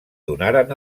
donaren